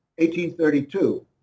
1832